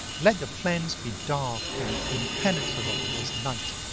let your plans be dark and impenetrable as night,